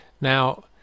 Now